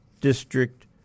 district